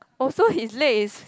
oh so his leg is